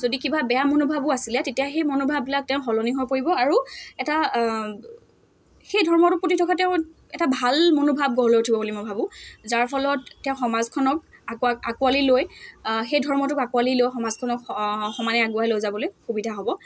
যদি কিবা বেয়া মনোভাৱো আছিলে তেতিয়া সেই মনোভাৱবিলাক তেওঁৰ সলনি হৈ পৰিব আৰু এটা সেই ধৰ্মটোৰ প্ৰতি থকা তেওঁৰ এটা ভাল মনোভাৱ গঢ় লৈ উঠিব বুলি মই ভাবোঁ যাৰ ফলত তেওঁ সমাজখনক আঁকো আঁকোৱালি লৈ সেই ধৰ্মটোক আঁকোৱালি লৈ সমাজখনক সমানে আগুৱাই লৈ যাবলৈ সুবিধা হ'ব